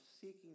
seeking